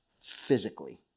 physically